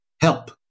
help